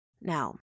Now